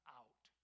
out